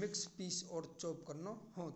मिक्स पीस और चॉप करने होतै हाँ।